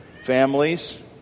families